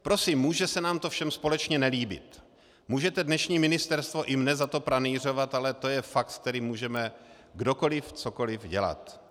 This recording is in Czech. Prosím, může se nám to všem společně nelíbit, můžete dnešní ministerstvo i mne za to pranýřovat, ale to je fakt, s kterým můžeme kdokoliv, cokoliv dělat.